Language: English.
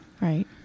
Right